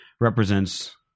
represents